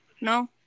no